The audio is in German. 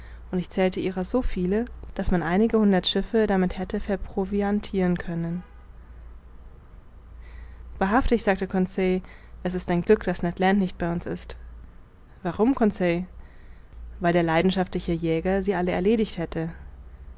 und ich zählte ihrer so viele daß man einige hundert schiffe damit hätte verproviantiren können wahrhaftig sagte conseil es ist ein glück daß ned land nicht bei uns ist warum conseil weil der leidenschaftliche jäger sie alle erlegt hätte